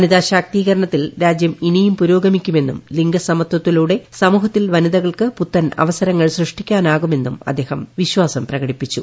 വനിതാ ശാക്തീകരണത്തിൽ രാജ്യം ഇനിയും പുരോഗമിക്കുമെന്നും ലിംഗ സമത്പത്തിലൂടെ സമൂഹത്തിൽ വനിതകൾക്ക് പുത്തൻ അവസരങ്ങൾ സൃഷ്ടിക്കാനാകുമെന്നും അദ്ദേഹം വിശ്വാസം പ്രകടിപ്പിച്ചു